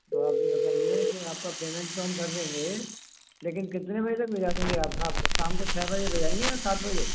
तो आप ये बताइए कि आपका पेमेंट तो हम कर देंगे लेकिन कितने बजे तक भेजा देंगे आप साम को शाम को छः बजे भेजाएंगे या सात बजे